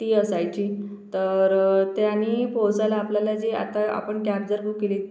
ती असायची तर त्यानी पोचायला आपल्याला जे आता आपण कॅब जर बुक केली